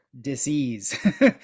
disease